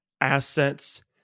assets